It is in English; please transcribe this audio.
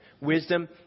Wisdom